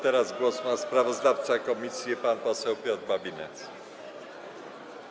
Teraz głos ma sprawozdawca komisji pan poseł Piotr Babinetz.